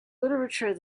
literature